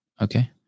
Okay